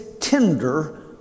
tender